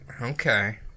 Okay